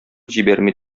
җибәрми